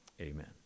amen